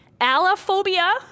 Allophobia